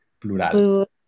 Plural